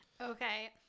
Okay